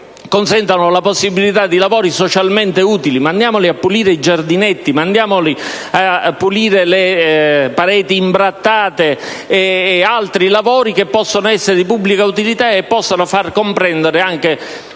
soprattutto la possibilità di lavori socialmente utili: mandiamoli a pulire i giardinetti, le pareti imbrattate e a fare altri lavori che possano essere di pubblica utilità e possano far comprendere anche